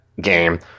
game